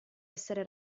essere